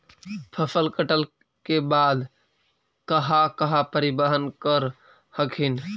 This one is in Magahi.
फसल कटल के बाद कहा कहा परिबहन कर हखिन?